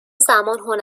زمان